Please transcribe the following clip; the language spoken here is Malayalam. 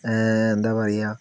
ആഹ് എന്താ പറയുക